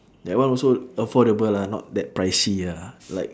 that one also affordable lah not that pricey ah like